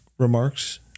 Remarks